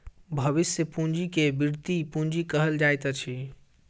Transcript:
भविष्य पूंजी के वृति पूंजी कहल जाइत अछि